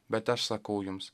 bet aš sakau jums